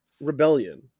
Rebellion